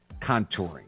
contouring